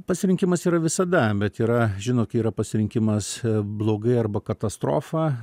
pasirinkimas yra visada bet yra žinot kai yra pasirinkimas blogai arba katastrofa